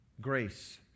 grace